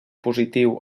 positiu